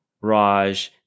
Raj